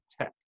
tech